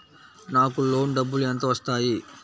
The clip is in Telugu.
నాకు లోన్ డబ్బులు ఎంత వస్తాయి?